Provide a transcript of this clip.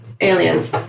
Aliens